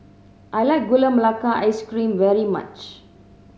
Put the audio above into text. I like Gula Melaka Ice Cream very much